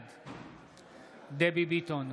בעד דבי ביטון,